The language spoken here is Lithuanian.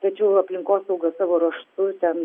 tačiau aplinkosauga savo ruožtu ten